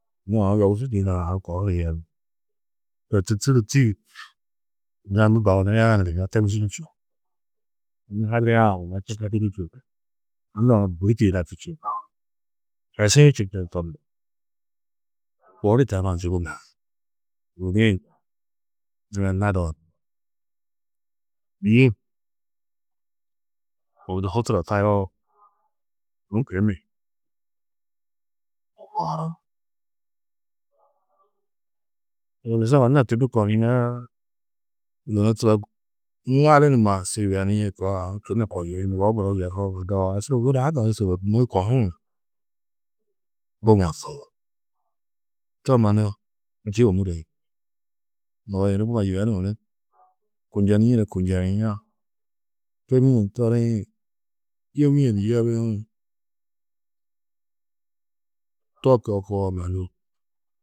Yunu aũ yogusu tiyinã ni kohuru yeri. To tûrtu du tîyi yina nû baraniriã gunna togusudî čûo. Yina hadiriã gunna čûo. Anna-ã bûri tiyinakî čûo, aši-ĩ čindĩ to muro. Gudi-ĩ zaga naduo ni uduhu turo taroo. Horgusu anna-ã četu kohiã, yunu turo ŋali numa su yibenîe koo aũ nubo muro yeruũ ni aũ su wuna ha mannu sôorumó di kohuũ ni. To mannu njî ômuree nubo yunu numa yibenuũ ni kunjenîe ni kunjeniã, torîe toriĩ, yebîe ni yebiĩ to koo koo mannu.